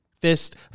fist